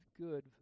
good